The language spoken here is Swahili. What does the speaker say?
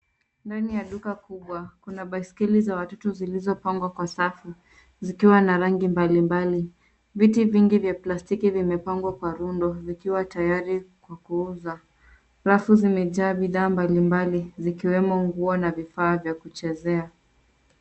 Ndani ya duka kubwa, kuna baiskeli za watoto zilizopangwa kwa safu, zikiwa na rangi mbalimbali. Viti vingi vya plastiki vimepangwa kwa rundo vikiwa tayari kwa kuuza. Rafu zimejaa bidhaa mbalimbali zikiwemo nguo na vifaa vya kuchezea.